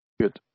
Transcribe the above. Good